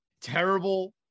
terrible